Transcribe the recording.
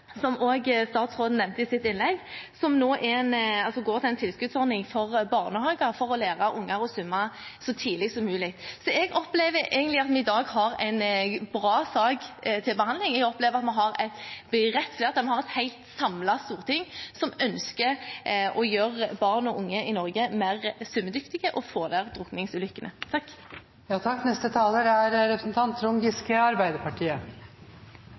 som også statsråden nevnte i sitt innlegg, som går til en tilskuddsordning for barnehager for å lære barn å svømme så tidlig som mulig. Så jeg opplever egentlig at vi i dag har en bra sak til behandling. Jeg opplever at vi har et bredt flertall, vi har et samlet storting som ønsker å gjøre barn og unge i Norge mer svømmedyktige og få ned antallet drukningsulykker. Vi skal glede oss over det vi er